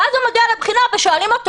ואז הוא מגיע לבחינה וישאלו אותו,